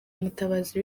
mutabazi